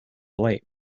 late